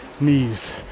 knees